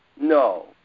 No